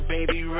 Baby